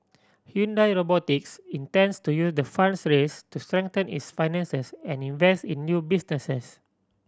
Hyundai Robotics intends to use the funds raise to strengthen its finances and invest in new businesses